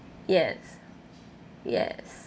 yes yes